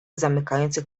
zamykających